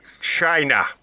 China